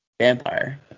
vampire